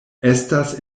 estas